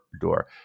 door